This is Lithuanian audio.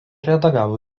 redagavo